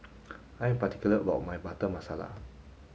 I am particular about my butter masala